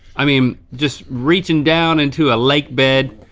i mean, just reaching down into a lake bed,